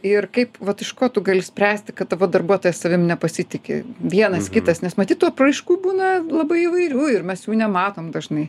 ir kaip vat iš ko tu gali spręsti kad tavo darbuotojas savim nepasitiki vienas kitas nes matyt tų apraiškų būna labai įvairių ir mes jų nematom dažnai